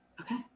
okay